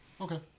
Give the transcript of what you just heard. Okay